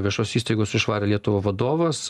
viešosios įstaigos už švarią lietuvą vadovas